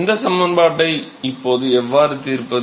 இந்த சமன்பாட்டை இப்போது எவ்வாறு தீர்ப்பது